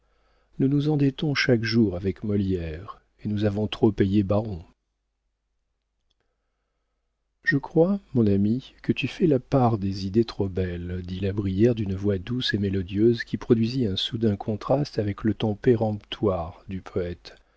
nous nous endettons chaque jour avec molière et nous avons trop payé baron je crois mon ami que tu fais la part des idées trop belle dit la brière d'une voix douce et mélodieuse qui produisit un soudain contraste avec le ton péremptoire du poëte